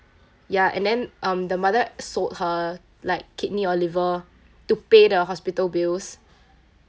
ya and then um the mother sold her like kidney or liver to pay the hospital bills